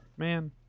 man